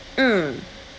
mm